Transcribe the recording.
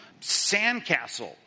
sandcastle